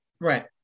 Right